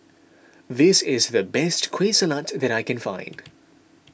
this is the best Kueh Salat that I can find